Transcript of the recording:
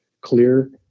clear